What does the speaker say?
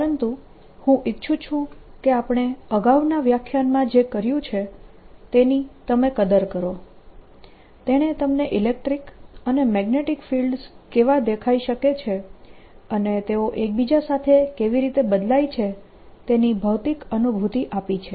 પરંતુ હું ઇચ્છું છું કે આપણે અગાઉના વ્યાખ્યાનમાં જે કર્યું છે તેની તમે કદર કરો તેણે તમને ઇલેક્ટ્રીક અને મેગ્નેટીક ફિલ્ડ્સ કેવા દેખાઈ શકે છે અને તેઓ એકબીજા સાથે કેવી રીતે બદલાય છે તેની ભૌતિક અનુભૂતિ આપી છે